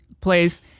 place